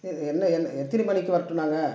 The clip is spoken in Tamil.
இது என்ன என்ன எத்தினி மணிக்கு வரட்டும் நாங்கள்